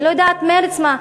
אני לא יודעת מרצ מה,